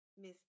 Miss